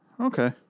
Okay